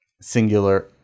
singular